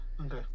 Okay